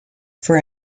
for